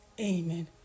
Amen